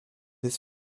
his